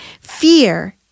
Fear